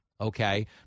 Okay